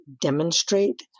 demonstrate